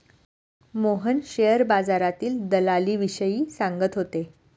Mohan share बाजारातील दलालीविषयी सांगत होते